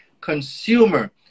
consumer